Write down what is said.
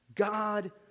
God